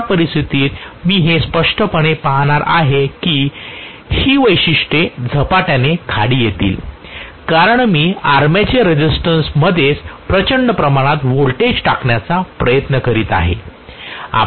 अशा परिस्थितीत मी हे स्पष्टपणे पाहणार आहे की ही वैशिष्ट्ये झपाट्याने खाली येतील कारण मी आर्मेचर रेझिस्टन्समध्येच प्रचंड प्रमाणात व्होल्टेज टाकण्याचा प्रयत्न करीत आहे